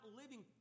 living